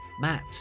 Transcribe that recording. Matt